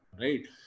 right